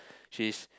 she's